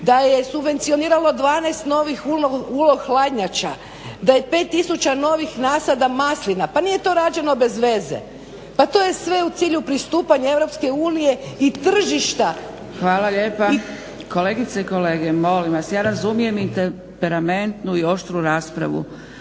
da je subvencioniralo 12 novih ulo hladnjača, da je pet tisuća novih nasada maslina, pa nije to rađeno bezveze, pa to je sve u cilju pristupanja EU i tržišta. **Zgrebec, Dragica (SDP)** Hvala lijepa. Kolegice i kolege, molim vas. Ja razumijem i temperamentnu i oštru raspravu.